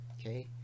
okay